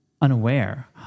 unaware